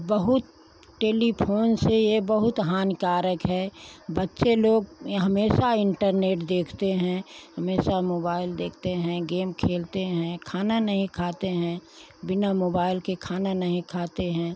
बहुत टेलीफ़ोन से ये बहुत हानिकारक है बच्चे लोग ये हमेशा इन्टरनेट देखते हैं हमेशा मोबाइल देखते हैं गेम खेलते हैं खाना नहीं खाते हैं बिना मोबाइल के खाना नहीं खाते हैं